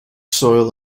soil